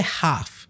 half